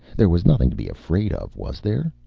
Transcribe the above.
there was nothing to be afraid of, was there?